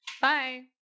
Bye